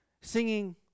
Singing